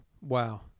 Wow